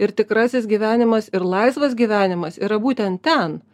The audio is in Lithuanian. ir tikrasis gyvenimas ir laisvas gyvenimas yra būtent ten